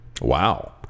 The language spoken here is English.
Wow